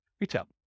retail